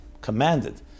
commanded